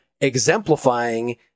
exemplifying